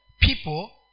people